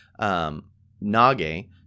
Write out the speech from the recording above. nage